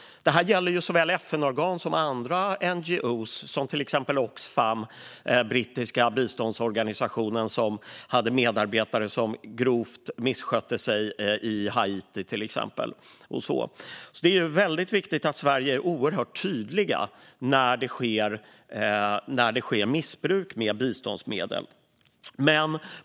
Det här gäller såväl FN-organ som andra NGO:er, till exempel Oxfam, den brittiska biståndsorganisationen, som hade medarbetare som grovt misskötte sig i Haiti, till exempel. Det är därför väldigt viktigt att Sverige är oerhört tydligt när det sker missbruk med biståndsmedel.